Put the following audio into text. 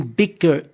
bigger